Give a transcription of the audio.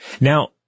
Now